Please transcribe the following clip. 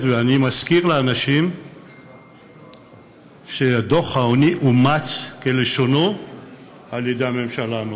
ואני מזכיר לאנשים שדוח העוני אומץ כלשונו על ידי הממשלה הנוכחית.